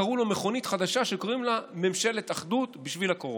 קראו לו מכונית חדשה שקוראים לה ממשלת אחדות בשביל הקורונה.